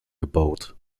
gebaut